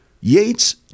Yates